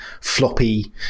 floppy